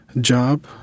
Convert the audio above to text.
job